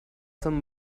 some